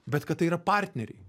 bet kad tai yra partneriai